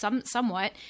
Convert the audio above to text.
somewhat